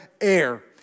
air